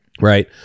Right